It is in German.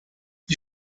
die